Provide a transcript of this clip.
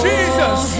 Jesus